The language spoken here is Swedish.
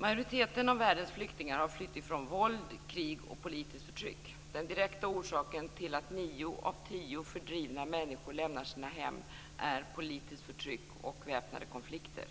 Majoriteten av världens flyktingar har flytt från våld, krig och politiskt förtryck. Den direkta orsaken till att nio av tio fördrivna människor lämnar sina hem är politiskt förtryck och väpnade konflikter.